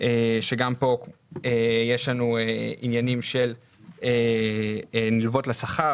שגם פה יש לנו עניינים של נלוות לשכר,